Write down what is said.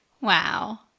Wow